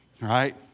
right